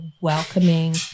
welcoming